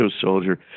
soldier